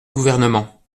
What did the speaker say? gouvernement